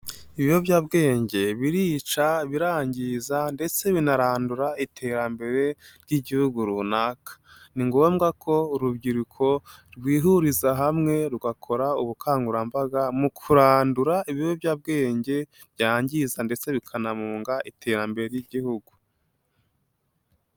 Ibiyobyabwenge birica birangiza ndetse binarandura iterambere ry'igihugu runaka. Ni ngombwa ko urubyiruko rwihuriza hamwe rugakora ubukangurambaga mu kurandura ibiyobyabwenge byangiza ndetse bikanamunga iterambere ry'igihugu.